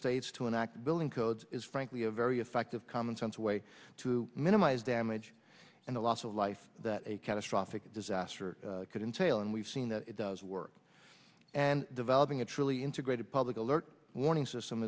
states to enact building codes is frankly a very effective commonsense way to minimize damage and the loss of life that a catastrophic disaster could entails and we've seen that it does work and developing a truly integrated public alert warning system